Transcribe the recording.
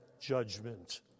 judgment